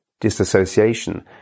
disassociation